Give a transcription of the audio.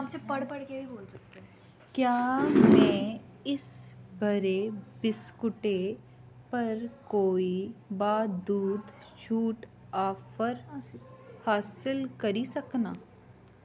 क्या में इस ब'रै बिस्कुटें पर कोई बाद्धू छूट ऑफर हासल करी सकनां